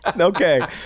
okay